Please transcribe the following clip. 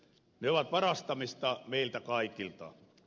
ne ovat varastamista meiltä kaikilta